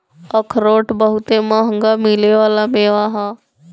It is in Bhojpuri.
अखरोट बहुते मंहगा मिले वाला मेवा ह